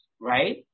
right